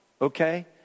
okay